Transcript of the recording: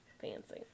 Fancy